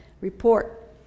report